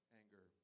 anger